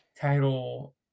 title